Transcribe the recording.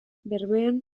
bermeon